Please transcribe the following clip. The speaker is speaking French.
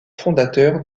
fondateur